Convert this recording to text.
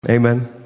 Amen